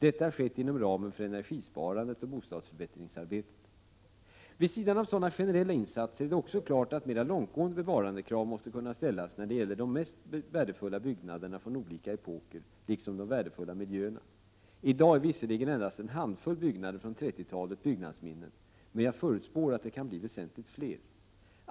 Detta har skett inom ramen för energisparandet och bostadsförbättringsarbetet. Vid sidan av sådana generella insatser är det också klart att mera långtgående bevarandekrav måste kunna ställas när det gäller de mest värdefulla byggnaderna från olika epoker liksom de värdefulla miljöerna. I dag är visserligen endast en handfull byggnader från 30-talet byggnadsminnen, men jag förutspår att det kan bli väsentligt fler.